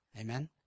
Amen